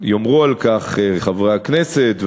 יאמרו כך חברי הכנסת,